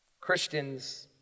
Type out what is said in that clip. Christians